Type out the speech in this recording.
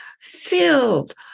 filled